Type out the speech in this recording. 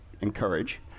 encourage